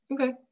Okay